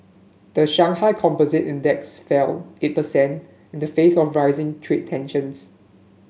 the Shanghai Composite Index fell eight percent in the face of rising trade tensions